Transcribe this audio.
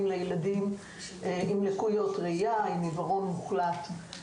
לילדים עם לקויות ראייה ועם עיוורון מוחלט.